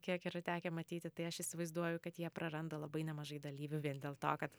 kiek yra tekę matyti tai aš įsivaizduoju kad jie praranda labai nemažai dalyvių vien dėl to kad